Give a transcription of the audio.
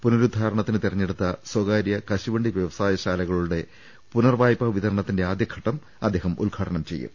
പുനരുദ്ധാരണത്തിന് തിരഞ്ഞെടുത്ത സ്വകാര്യ കശുവണ്ടി വൃവസായങ്ങളുടെ പുനർവായ്പാ വിതരണത്തിന്റെ ആദ്യഘട്ടം അദ്ദേഹം ഉദ്ഘാടനം ചെയ്യും